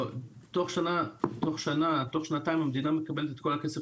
תוך שנה-שנתיים המדינה מקבלת את כל הכסף